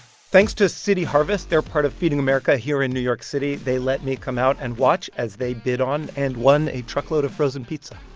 thanks to city harvest. they're part of feeding america here in new york city. they let me come out and watch as they bid on and won a truckload of frozen pizza.